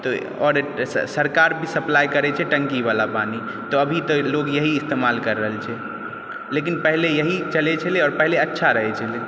आओर सरकार भी सप्लाय करै छै टङ्कीवला पानी तऽ अभी तऽ लोग यही इस्तेमाल करि रहल छै लेकिन पहले यही चलै छलै आओर अच्छा रहै छलै